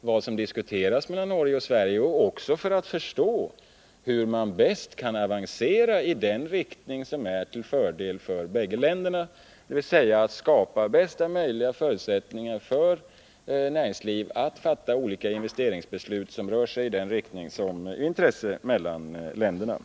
vad som diskuteras mellan Norge och Sverige och för att förstå hur man bäst kan avancera i den riktning som är till fördel för båda länderna, dvs. att skapa bästa möjliga förutsättningar för näringsliv att fatta olika investeringsbeslut med en inriktning som är av intresse för båda länderna.